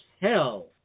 hell